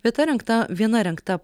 vieta rengta viena rengta